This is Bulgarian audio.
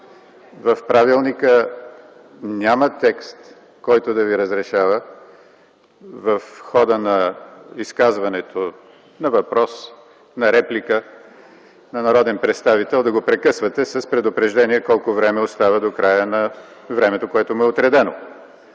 В правилника няма текст, който да Ви разрешава в хода на изказването на въпрос, на реплика на народен представител, да го прекъсвате с предупреждение колко време остава до края на времето, което му е отредено.